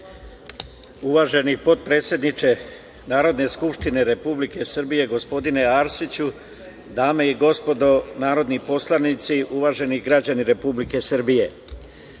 Uvaženi potpredsedniče Narodne skupštine Republike Srbije, gospodine Arsiću, dame i gospodo narodni poslanici, uvaženi građani Republike Srbije,